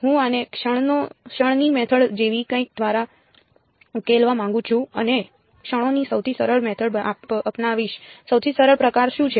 હું આને ક્ષણોની મેથડ જેવી કંઈક દ્વારા ઉકેલવા માંગુ છું અને ક્ષણોની સૌથી સરળ મેથડ અપનાવીશ સૌથી સરળ પ્રકાર શું છે